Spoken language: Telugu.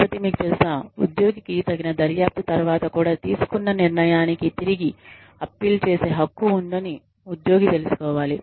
కాబట్టి మీకు తెలుసా ఉద్యోగికి తగిన దర్యాప్తు తర్వాత కూడా తీసుకున్న నిర్ణయానికి తిరిగి అప్పీల్ చేసే హక్కు ఉందని ఉద్యోగి తెలుసుకోవాలి